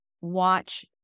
watch